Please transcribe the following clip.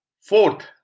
fourth